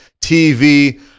TV